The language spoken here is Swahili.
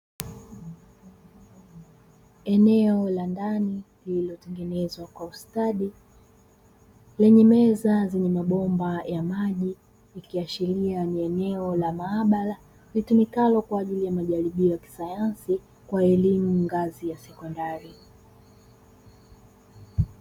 Eneo la ndani lililotengenezwa kwa ustadi lenye meza zenye mabomba ya maji ikiashiria ni eneo la maabara litumikalo kwa ajili ya majaribio ya kisayansi kwa elimu ngazi ya sekondari.